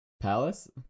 Palace